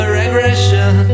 regression